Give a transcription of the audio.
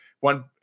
one